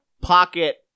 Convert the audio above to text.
Pocket